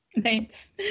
Thanks